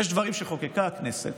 יש דברים שחוקקה הכנסת